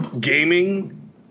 gaming